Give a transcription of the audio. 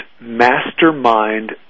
mastermind